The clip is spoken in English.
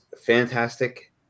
fantastic